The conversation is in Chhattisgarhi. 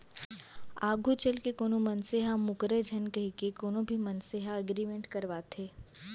आघू चलके कोनो मनसे ह मूकरय झन कहिके कोनो भी मनसे ह एग्रीमेंट करवाथे